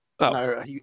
no